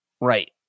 Right